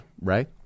right